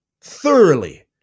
thoroughly